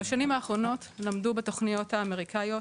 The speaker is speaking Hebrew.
בשנים האחרונות למדו בתוכניות האמריקאיות